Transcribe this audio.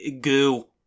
goo